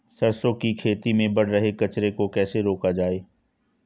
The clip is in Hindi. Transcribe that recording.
सरसों की खेती में बढ़ रहे कचरे को कैसे रोका जाए?